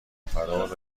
فرار